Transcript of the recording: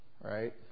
Right